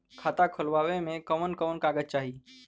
खाता खोलवावे में कवन कवन कागज चाही?